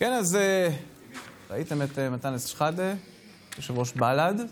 ישראל ולמלא באמונה את שליחותי בכנסת".